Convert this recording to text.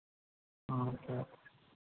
हँ तऽ